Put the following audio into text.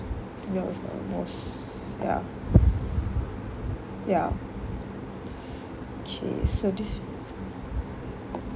that was the most ya ya K so this